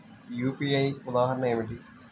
UPI ఉదాహరణ ఏమిటి?